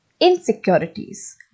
Insecurities